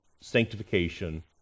sanctification